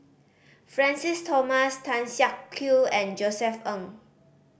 Francis Thomas Tan Siak Kew and Josef Ng